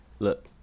Look